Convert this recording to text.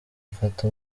mfata